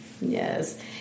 Yes